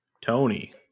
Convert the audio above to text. Tony